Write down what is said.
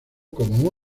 como